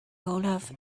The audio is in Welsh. olaf